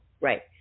Right